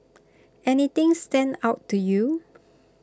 anything stand out to you